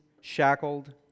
shackled